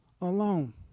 alone